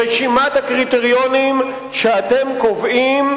רשימת הקריטריונים שאתם קובעים,